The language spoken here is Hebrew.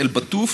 מועצת אל-בטוף,